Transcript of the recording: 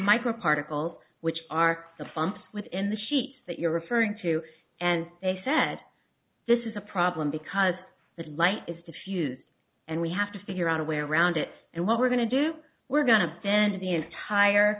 micro particles which are the bumps within the sheets that you're referring to and they said this is a problem because the light is to fuse and we have to figure out a way around it and what we're going to do we're going to spend the entire